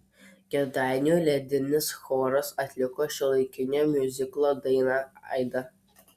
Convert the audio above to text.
kėdainių ledinis choras atliko šiuolaikinio miuziklo dainą aida